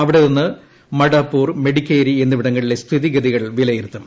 അവിടെ നിന്ന് മഡാപ്പൂർ മെഡിക്കേരി എന്നിവിടങ്ങളിലെ സ്ഥിതിഗതികൾ വിലയിരുത്തും